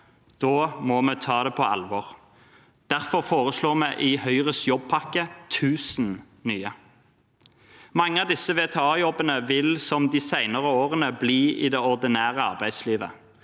år, må vi ta det på alvor. Derfor foreslår vi i Høyres jobbpakke 1 000 nye av disse. Mange av disse VTA-jobbene vil, som i de senere årene, bli i det ordinære arbeidslivet.